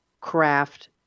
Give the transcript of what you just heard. craft